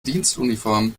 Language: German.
dienstuniform